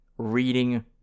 reading